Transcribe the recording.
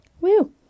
Woo